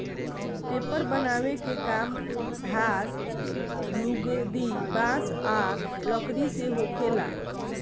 paper बनावे के काम घास, लुगदी, बांस आ लकड़ी से होखेला